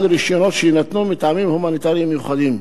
של רשיונות שיינתנו מטעמים הומניטריים מיוחדים.